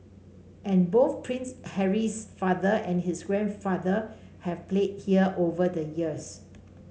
and both Prince Harry's father and his grandfather have played here over the years